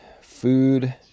Food